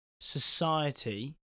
society